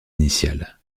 initiale